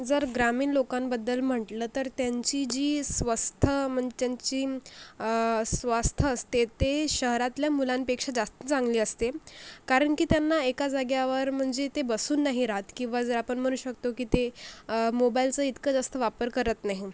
जर ग्रामीण लोकांबद्दल म्हटलं तर त्यांची जी स्वस्थ म्हण त्यांची स्वास्थ्य असते ते शहरातल्या मुलांपेक्षा जास्त चांगली असते कारण की त्यांना एका जागेवर म्हणजे ते बसून नाही राहात किंवा जर आपण म्हणू शकतो की ते मोबाईलचा इतकं जास्त वापर करत नाही